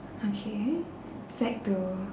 okay eh sec two